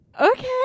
okay